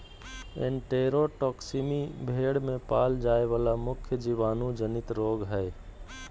enterotoxaemia भेड़ में पाल जाय वला मुख्य जीवाणु जनित रोग हइ